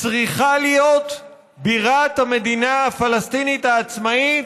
צריכה להיות בירת המדינה הפלסטינית העצמאית,